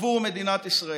בעבור מדינת ישראל,